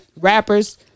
rappers